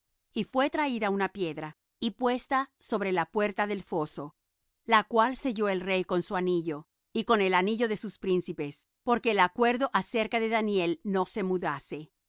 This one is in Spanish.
y fué traída una piedra y puesta sobre la puerta del foso la cual selló el rey con su anillo y con el anillo de sus príncipes porque el acuerdo acerca de daniel no se mudase